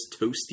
Toasty